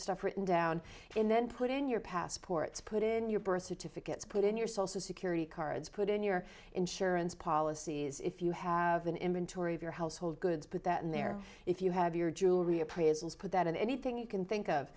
stuff written down in then put in your passports put in your birth certificates put in your social security cards put in your insurance policies if you have an inventory of your household goods put that in there if you have your jewelry appraisals put that in anything you can think